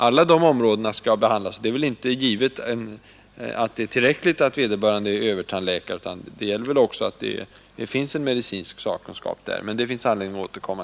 Alla dessa områden skall behandlas, varför det inte är självklart att det är tillräckligt att vederbörande lärare är övertandläkare; det bör också finnas medicinsk specialistkompetens. Till detta finns det — som sagt — anledning att återkomma.